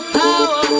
power